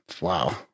wow